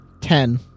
ten